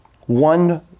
one